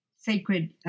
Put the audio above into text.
sacred